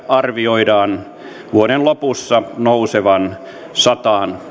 arvioidaan vuoden lopussa nousevan sataankuuteen miljardiin